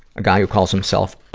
a guy who calls himself,